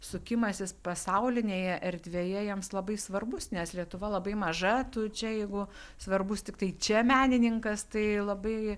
sukimasis pasaulinėje erdvėje jiems labai svarbus nes lietuva labai maža tu čia jeigu svarbus tiktai čia menininkas tai labai